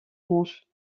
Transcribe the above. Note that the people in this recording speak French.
branches